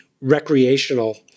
recreational